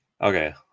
Okay